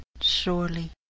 surely